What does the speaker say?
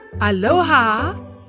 Aloha